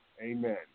Amen